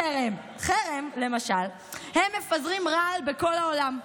חרם, חרם, למשל, הם מפזרים רעל בכל העולם.